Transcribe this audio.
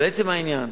לעצם העניין,